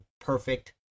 perfect